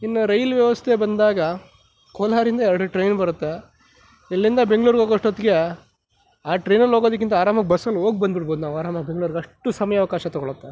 ಇನ್ನು ರೈಲ್ ವ್ಯವಸ್ಥೆ ಬಂದಾಗ ಕೋಲಾರಿಂದ ಎರಡು ಟ್ರೈನ್ ಬರುತ್ತೆ ಇಲ್ಲಿಂದ ಬೆಂಗಳೂರು ಹೋಗೋಷ್ಟೋತ್ತಿಗೆ ಆ ಟ್ರೈನಲ್ಲಿ ಹೋಗೋದಕ್ಕಿಂತ ಆರಾಮಾಗಿ ಬಸ್ಸಲ್ಲಿ ಹೋಗಿ ಬಂದ್ಬಿಡ್ಬೋದು ನಾವು ಆರಾಮಾಗಿ ಬೆಂಗಳೂರಿಗೆ ಅಷ್ಟು ಸಮಯಾವಕಾಶ ತಗೊಳತ್ತೆ